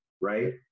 right